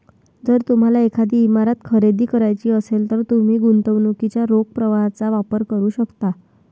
जर तुम्हाला एखादी इमारत खरेदी करायची असेल, तर तुम्ही गुंतवणुकीच्या रोख प्रवाहाचा वापर करू शकता